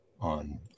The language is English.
on